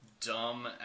dumb